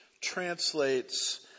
translates